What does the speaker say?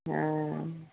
हँ